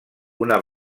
una